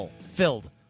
filled